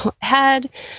head